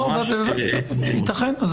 ייתכן,